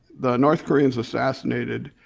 the north koreans assassinated